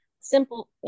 simple